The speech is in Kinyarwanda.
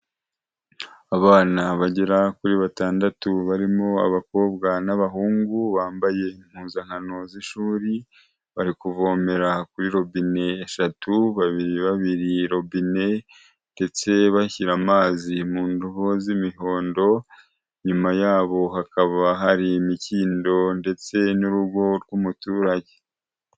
Abana bagera kuri batandatu barimo; abakobwa n'abahungu bambaye impuzankano z'ishuri, bari kuvomera kuri robine eshatu babiri babiri robine ndetse bashyira amazi mu ndobo z'imihondo, inyuma yaho hakaba hari imikindo ndetse n'urugo rw'umuturage.